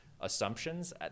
assumptions